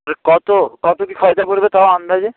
বলি কত কত কী খরচা পড়বে তাও আন্দাজে